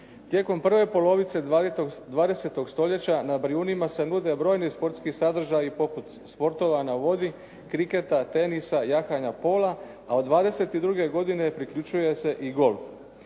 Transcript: Tijekom prve polovice 20. stoljeća na Brijunima se nude brojni sportski sadržaji poput sportova na vodi, kriketa, tenisa, jahanja, pola a od 1922. godine priključuje se i golf.